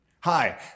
Hi